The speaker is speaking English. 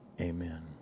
Amen